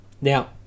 now